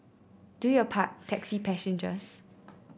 do your part taxi passengers